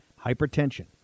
Hypertension